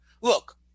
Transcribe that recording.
look